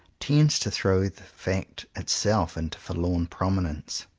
tends to throw the fact itself into forlorn prominence.